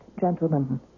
gentlemen